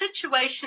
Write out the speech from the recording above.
situation